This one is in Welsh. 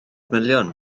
miliwn